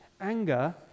Anger